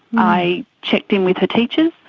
i checked in with her teachers.